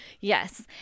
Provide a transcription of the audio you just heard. Yes